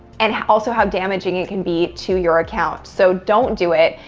and also how damaging it can be to your account. so, don't do it.